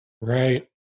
Right